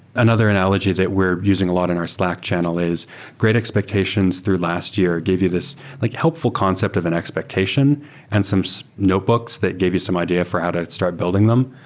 another analogy that we're using a lot in our slack channel is great expectations through last year gave you this like helpful concept of an expectation and some so notebooks that give you some idea for how to start building them,